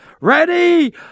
Ready